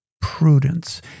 prudence